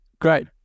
Great